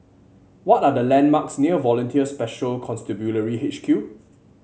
what are the landmarks near Volunteer Special Constabulary H Q